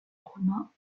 romains